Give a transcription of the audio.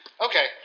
okay